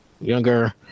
younger